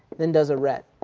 then does a ret.